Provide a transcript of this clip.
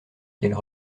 qu’elle